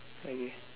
okay